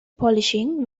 polishing